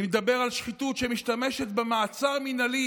אני מדבר על שחיתות שמשתמשת במעצר המינהלי